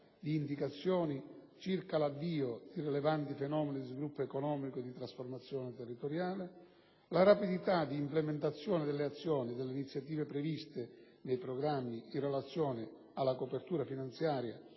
di indicazioni circa l'avvio di rilevanti fenomeni di sviluppo economico e di trasformazione territoriale; rapidità di implementazione delle azioni e delle iniziative previste nei programmi in relazione alla copertura finanziaria